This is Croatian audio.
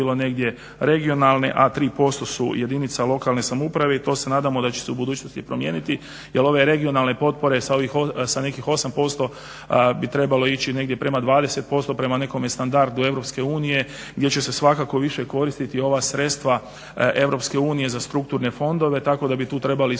je 8% bilo negdje regionalne a 3% su jedinice lokalne samouprave i to se nadamo da će se u budućnosti promijeniti jel ove regionalne potpore sa nekih 8% bi trebalo ići negdje prema 20% prema nekome standardu EU gdje će se svakako više koristiti ova sredstva EU za strukturne fondove tako da bi tu trebali iskoristiti